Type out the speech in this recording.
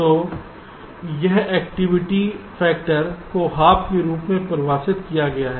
तो यहां activity factor को हाफ के रूप में परिभाषित किया गया है